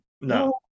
No